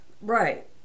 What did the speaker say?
right